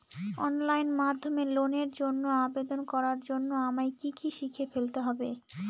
Online মাধ্যমে লোনের জন্য আবেদন করার জন্য আমায় কি কি শিখে ফেলতে হবে?